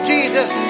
Jesus